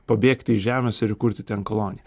pabėgti iš žemės ir įkurti ten koloniją